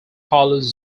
carlos